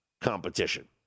competition